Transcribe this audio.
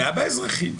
פגיעה באזרחים.